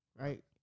right